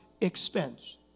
expense